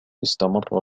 استمر